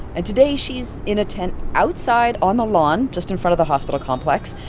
and today, she's in a tent outside on the lawn just in front of the hospital complex.